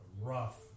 rough